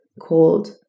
cold